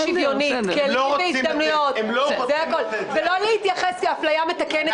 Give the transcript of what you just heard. שוויונית ולא להתייחס כאפליה מתקנת,